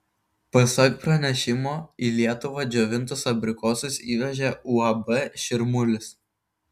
pasak pranešimo į lietuvą džiovintus abrikosus įvežė uab širmulis